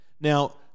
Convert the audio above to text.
Now